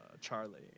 Charlie